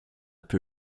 peu